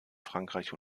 frankreich